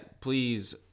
please